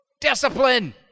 discipline